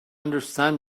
understand